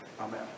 Amen